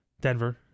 Denver